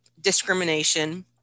discrimination